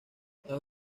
bajo